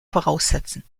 voraussetzen